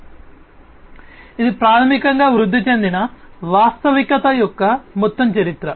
కాబట్టి ఇది ప్రాథమికంగా వృద్ధి చెందిన వాస్తవికత యొక్క మొత్తం చరిత్ర